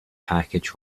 package